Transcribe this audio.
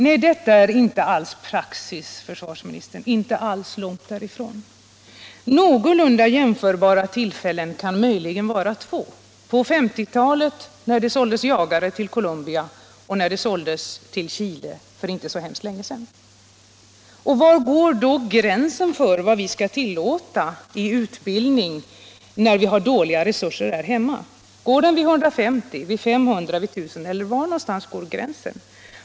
Nej, detta är inte alls praxis — långt därifrån, herr försvarsminister! Någorlunda jämförbara tillfällen kan möjligen vara två: på 1950-talet när det såldes jagare till Colombia och för inte särskilt länge sedan när jagare såldes till Chile. Var går då gränsen för vad vi skall tillåta i utbildning när vi har dåliga resurser här hemma. Går den vid 150, vid 500, vid 1000 eller var någonstans går den?